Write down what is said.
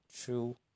true